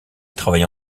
travaille